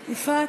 חברים,